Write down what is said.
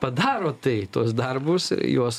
padaro tai tuos darbus juos